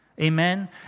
Amen